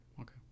Okay